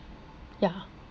ya